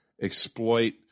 exploit